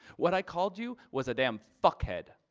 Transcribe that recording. what i called you was a damn fuckhead